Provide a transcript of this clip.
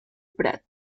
prat